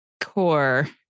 core